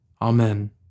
Amen